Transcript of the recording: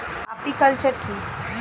Apiculture কি?